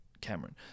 Cameron